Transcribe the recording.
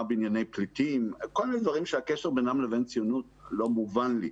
בענייני פליטים כל מיני עניינים שהקשר בינם לבין ציונות לא מובן לי.